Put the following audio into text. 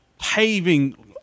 paving